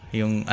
yung